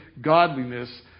godliness